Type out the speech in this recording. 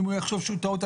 אם הוא יחשוב שזאת טעות.